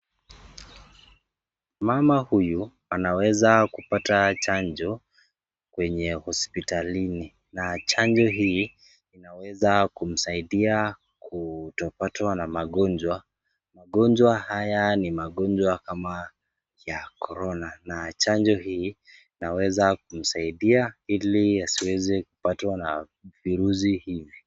Mama huyu anaweza kupata chanjo kwenye hospitalini na chanjo hii inaweza kumsaidia kutopatwa na magonjwa. Magonjwa haya ni magonjwa kama ya korona na chanjo hii inaweza kumsaidia ili asiweze kupatwa na virusi hivi.